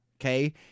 Okay